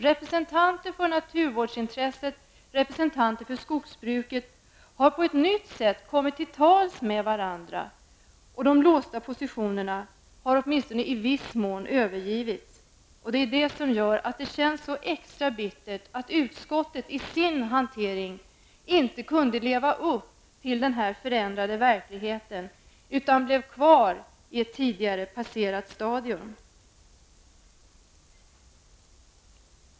Representanter för naturvårdsintresset och representanter för skogsbruket har på ett nytt sätt kommit till tals med varandra. De låsta positionerna har i viss mån övergivits. Det gör att det känns extra bittert att utskottet i sin hantering inte kunde leva upp till den förändrade verkligheten utan blev kvar i ett tidigare passerat stadium.